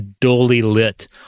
dully-lit